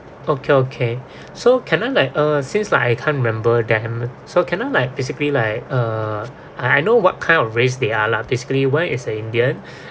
okay okay so can I like uh since like I can't remember them so can I like basically like uh I I know what kind of race they are lah basically one is an indian